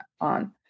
on